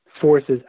forces